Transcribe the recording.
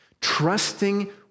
Trusting